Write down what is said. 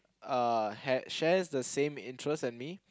a had shares the same interest as me